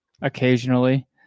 occasionally